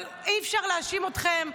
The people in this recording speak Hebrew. אבל אי-אפשר להאשים אתכם.